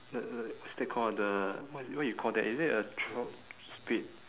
the the what's that called the what is it what you call that is it a trough spade